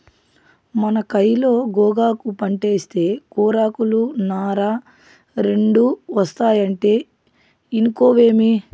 మన కయిలో గోగాకు పంటేస్తే కూరాకులు, నార రెండూ ఒస్తాయంటే ఇనుకోవేమి